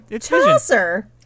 Chaucer